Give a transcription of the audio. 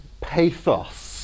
pathos